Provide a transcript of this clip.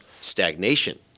stagnation